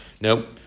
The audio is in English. Nope